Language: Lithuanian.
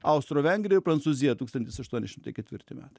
austro vengrija ir prancūzija tūkstantis aštuoni šimtai ketvirti metai